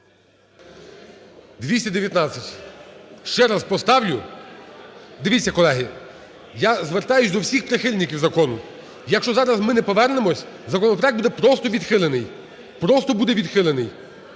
За-219 Ще раз поставлю. Дивіться, колеги, я звертаюся до всіх прихильників закону, якщо зараз ми не повернемося, законопроект буде просто відхилений. Просто буде відхилений.